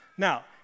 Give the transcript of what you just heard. Now